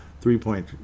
three-point